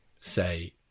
say